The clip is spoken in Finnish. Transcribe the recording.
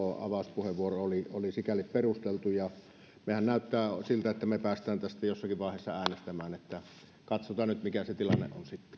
avauspuheenvuoro oli oli sikäli perusteltu näyttää siltä että me pääsemme tästä jossakin vaiheessa äänestämään niin että katsotaan nyt mikä se tilanne